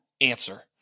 answer